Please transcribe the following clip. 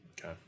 Okay